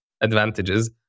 advantages